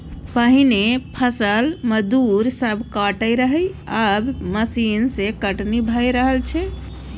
पहिने फसल मजदूर सब काटय रहय आब मशीन सँ कटनी भए रहल छै